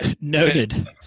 Noted